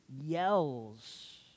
yells